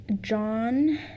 John